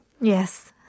Yes